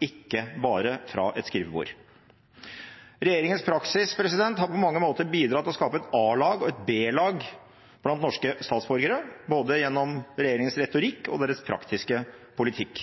ikke bare fra et skrivebord. Regjeringens praksis har på mange måter bidratt til å skape et A-lag og et B-lag blant norske statsborgere, gjennom både regjeringens retorikk og deres praktiske politikk.